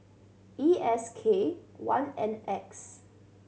E S K one N X